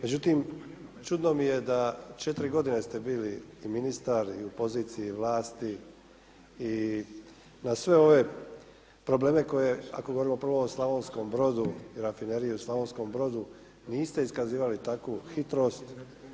Međutim, čudno mi je da 4 godine ste bili i ministar i u poziciji vlasti i na sve ove probleme koje ako govorimo prvo o Slavonskom Brodu i rafineriji u Slavonskom brodu niste iskazivali takvu hitrost.